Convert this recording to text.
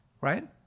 right